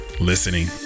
listening